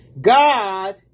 god